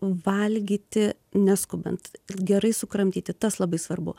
valgyti neskubant gerai sukramtyti tas labai svarbu